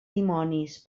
dimonis